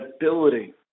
ability